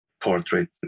portrait